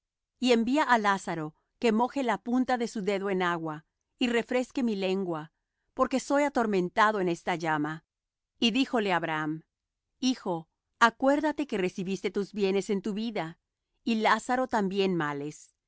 y envía á lázaro que moje la punta de su dedo en agua y refresque mi lengua porque soy atormentado en esta llama y díjole abraham hijo acuérdate que recibiste tus bienes en tu vida y lázaro también males